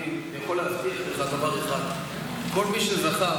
אני יכול להבטיח לך דבר אחד: בכל מי שזכה